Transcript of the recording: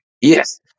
Yes